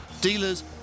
dealers